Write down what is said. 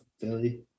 Philly